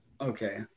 Okay